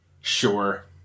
Sure